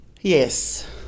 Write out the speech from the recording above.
Yes